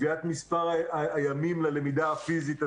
קביעת מספר הימים ללמידה הפיזית עצמה.